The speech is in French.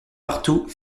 partout